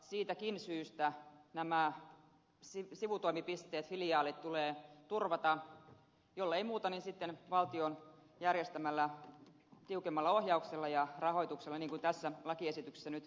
siitäkin syystä nämä sivutoimipisteet filiaalit tulee turvata jollei muuten niin valtion järjestämällä tiukemmalla ohjauksella ja rahoituksella niin kuin tässä lakiesityksessä nyt ehdotetaan